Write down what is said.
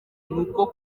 uko